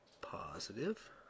Positive